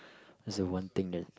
there's a one thing that